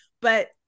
but-